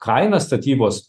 kaina statybos